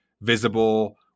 visible